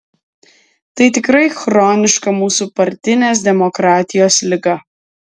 tai tikrai chroniška mūsų partinės demokratijos liga